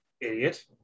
Idiot